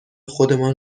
خودمان